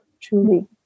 truly